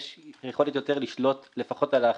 יש יותר יכולת לשלוט על האחידות,